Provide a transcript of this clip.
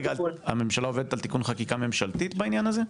הממשלה עובדת על תיקון חקיקה ממשלתית בעניין הזה?